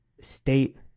state